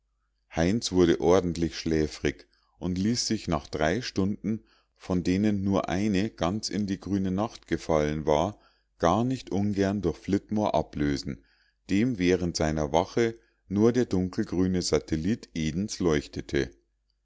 heinz wurde ordentlich schläfrig und ließ sich nach drei stunden von denen nur eine ganz in die grüne nacht gefallen war gar nicht ungern durch flitmore ablösen dem während seiner wache nur der dunkelgrüne satellit edens leuchtete